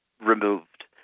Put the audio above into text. removed